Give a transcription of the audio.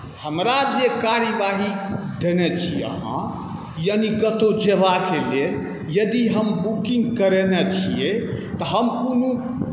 हमरा जे कार्यवाही देने छी अहाँ यानी कतहु जेबाके लेल यदि हम बुकिङ्ग करेने छिए तऽ हम कोनो